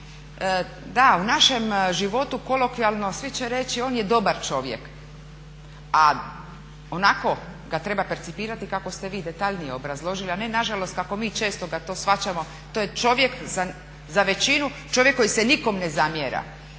da u našem životu kolokvijalno svi će reći on je dobar čovjek, a onako ga treba percipirati kako ste vi detaljniji obrazložili a ne nažalost kako mi često ga to shvaćamo to je čovjek za većinu, čovjek koji se nikom ne zamjera.